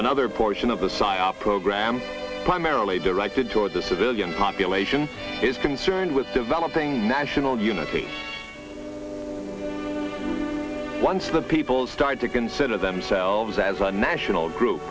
another portion of the psyop program primarily directed toward the civilian population is concerned with developing national unity once the people started to consider themselves as a national group